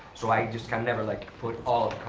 so i just can never like put all